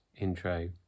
intro